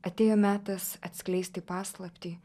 atėjo metas atskleisti paslaptį